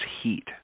heat